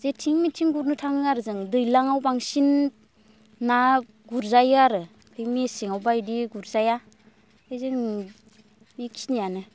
जेथिं मेथिं गुरनो थाङो आरो जों दैज्लाङाव बांसिन ना गुरजायो आरो बे मेसेंआव बा बिदि गुरजाया ओमफ्राय जों बेखिनियानो